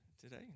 today